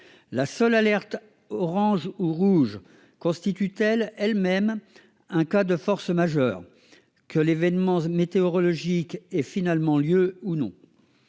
La seule alerte orange ou rouge constitue-t-elle en elle-même un cas de force majeure, que l'événement météorologique ait finalement lieu ou non ?